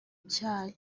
icyayi